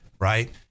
Right